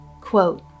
Quote